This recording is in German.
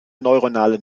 neuronale